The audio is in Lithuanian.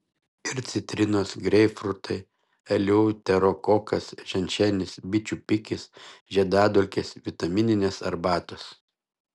ir citrinos greipfrutai eleuterokokas ženšenis bičių pikis žiedadulkės vitamininės arbatos